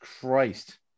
Christ